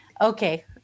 Okay